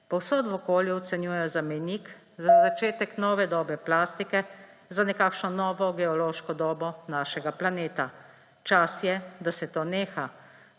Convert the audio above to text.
povsod v okolju ocenjujejo za mejnik za začetek nove dobe plastike za nekakšno novo geološko dobo našega planeta. Čas je, da se to neha.